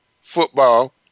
football